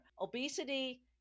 Obesity